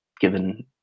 given